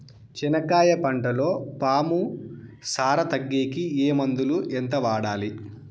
చెనక్కాయ పంటలో పాము సార తగ్గేకి ఏ మందులు? ఎంత వాడాలి?